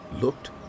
looked